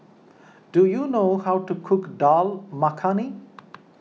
do you know how to cook Dal Makhani